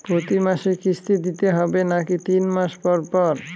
প্রতিমাসে কিস্তি দিতে হবে নাকি তিন মাস পর পর?